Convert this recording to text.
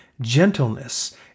gentleness